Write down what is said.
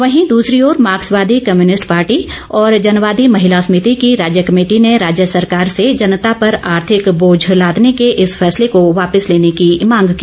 वहीं दूसरी ओर मार्क्सवादी कम्युनिस्ट पार्टी और जनवादी महिला सभिति की राज्य कमेटी ने राज्य सरकार से जनता पर आर्थिक बोझ लादने के इस फैसले को वापिस लेने की मांग की